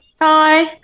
Hi